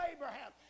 Abraham